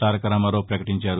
తారకరామారావు పకటించారు